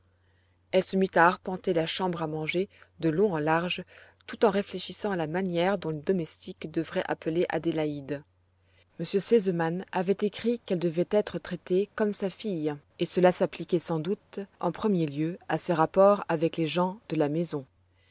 elle se mit à arpenter la chambre à manger de long en large tout en réfléchissant à la manière dont les domestiques devraient appeler adélaïde m r sesemann avait écrit qu'elle devait être traitée comme sa fille et cela s'appliquait sans doute en premier lieu à ses rapports avec les gens de la maison